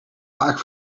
vaak